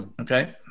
Okay